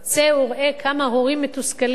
צא וראה כמה הורים מתוסכלים,